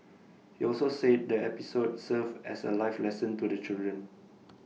he also said the episode served as A life lesson to the children